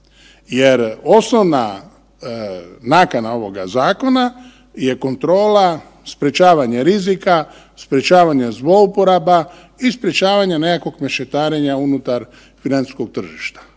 Jer osnovna nakana ovog zakona je kontrola sprečavanje rizika, sprečavanje zlouporaba i sprečavanje nekakvog mešetarenja unutar financijskog tržišta.